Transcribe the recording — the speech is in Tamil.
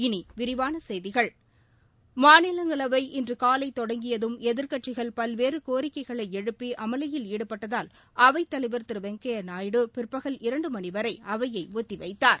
இனி விரிவான செய்திகள் மாநிலங்களவை இன்று காலை தொடங்கியதம் எதிர்க்கட்சிகள் பல்வேறு கோரிக்கைகளை எழுப்பி அமளியில் ஈடுபட்டதால் அவைத்தலைவா திரு வெங்கையா நாயுடு பிற்பகல் இரண்டு மணி வரை அவையை ஒத்திவைத்தார்